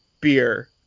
beer